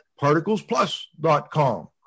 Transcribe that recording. Particlesplus.com